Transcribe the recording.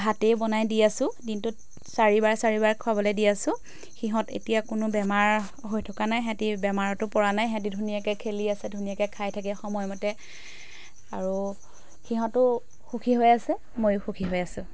ভাতেই বনাই দি আছোঁ দিনটোত চাৰিবাৰ চাৰিবাৰ খোৱাবলৈ দি আছোঁ সিহঁত এতিয়া কোনো বেমাৰ হৈ থকা নাই সিহঁতি বেমাৰতো পৰা নাই সিহঁতি ধুনীয়াকৈ খেলি আছে ধুনীয়াকৈ খাই থাকে সময়মতে আৰু সিহঁতো সুখী হৈ আছে ময়ো সুখী হৈ আছোঁ